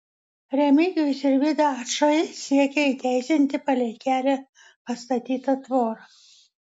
remigijus ir vida ačai siekia įteisinti palei kelią pastatytą tvorą